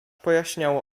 pojaśniało